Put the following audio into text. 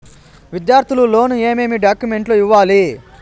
విద్యార్థులు లోను ఏమేమి డాక్యుమెంట్లు ఇవ్వాలి?